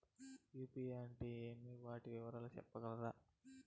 UPI అంటే ఏమి? వాటి వివరాలు సెప్పగలరా?